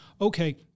okay